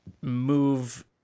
move